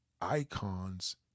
icons